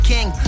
King